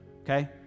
Okay